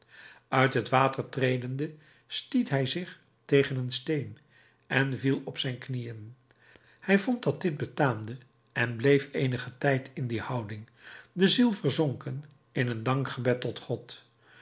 uit het water tredende stiet hij zich tegen een steen en viel op zijn knieën hij vond dat dit betaamde en bleef eenigen tijd in die houding de ziel verzonken in een dankgebed tot god